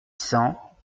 cents